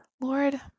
Lord